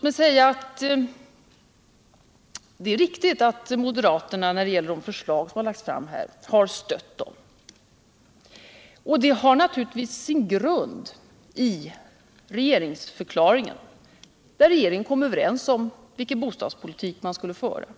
Det är riktigt att moderaterna har stött de förslag som har lagts fram. Det har naturligtvis sin grund i regeringsförklaringen, där regeringen har kommit överens om vilken bostadspolitik som skall föras.